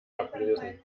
ablesen